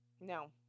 No